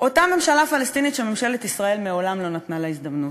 אותה ממשלה פלסטינית שממשלת ישראל מעולם לא נתנה לה הזדמנות,